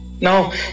No